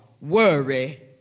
worry